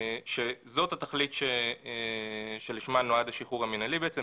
שזאת התכלית שלשמה נועד השחרור המינהלי בעצם,